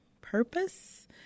purpose